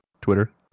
Twitter